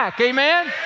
Amen